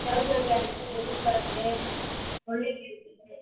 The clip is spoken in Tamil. செளசெள காய் இருக்குது முருங்கக்காய் இருக்குது முள்ளங்கி இருக்குது